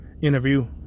interview